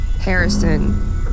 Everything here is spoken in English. Harrison